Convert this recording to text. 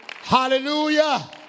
Hallelujah